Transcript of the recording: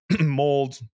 mold